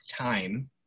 time